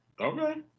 Okay